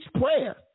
prayer